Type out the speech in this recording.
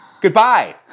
Goodbye